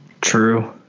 True